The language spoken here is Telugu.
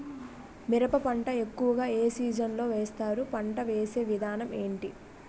మిరప పంట ఎక్కువుగా ఏ సీజన్ లో వేస్తారు? పంట వేసే విధానం ఎంటి?